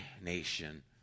nation